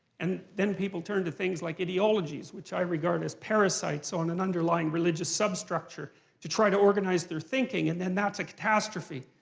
and then people turn to things like ideologies, which i regard as parasites on an underlying religious substructure to try to organize their thinking, and then that's a catastrophe.